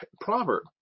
proverb